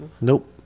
Nope